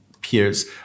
peers